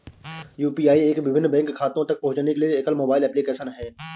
UPI app विभिन्न bank खातों तक पहुँचने के लिए एकल मोबाइल एप्लिकेशन है